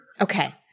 Okay